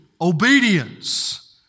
obedience